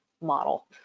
model